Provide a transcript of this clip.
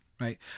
Right